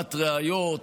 העלמת ראיות,